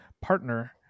partner